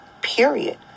period